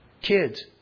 Kids